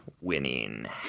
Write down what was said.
winning